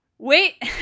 Wait